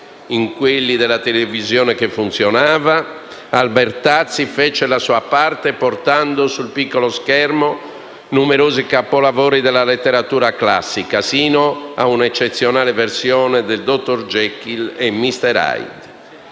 quelli della televisione che funzionava, Albertazzi fece la sua parte portando sul piccolo schermo numerosi capolavori della letteratura classica, sino a un'eccezionale versione de «Lo strano caso del